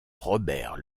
robert